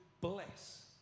bless